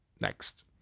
next